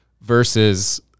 versus